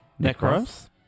Necros